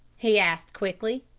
he asked quickly.